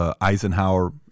Eisenhower